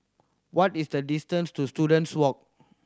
what is the distance to Students Walk